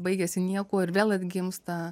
baigiasi niekuo ir vėl atgimsta